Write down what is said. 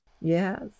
Yes